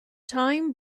time